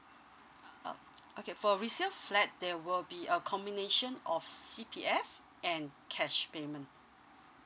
uh uh okay for resale flat there will be a combination of C_P_F and cash payment